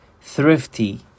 thrifty